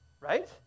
Right